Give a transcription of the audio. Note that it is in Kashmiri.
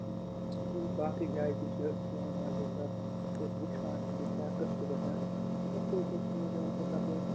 باقٕے جایہِ تہِ چھِ یِمَن منٛز ہسا أسۍ وٕچھان چھِ کہِ کیاہ قٕصہٕ چھِ گژھان تَتہِ تہِ حظ چھِ اَسہِ سَمجھ یِوان کہِ تَپٲرۍ